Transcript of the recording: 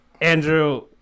Andrew